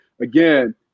again